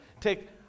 take